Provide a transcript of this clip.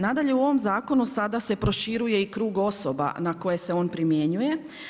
Nadalje, u ovom zakonu sada se proširuje i krug osoba na koje se on primjenjuje.